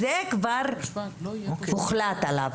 זה כבר הוחלט עליו.